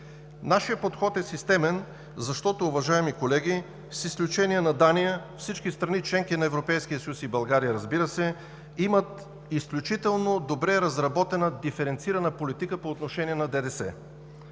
Нашият подход е системен, уважаеми колеги, защото с изключение на Дания, всички страни – членки на Европейския съюз, и България, разбира се, имат изключително добре разработена диференцирана политика по отношение на ДДС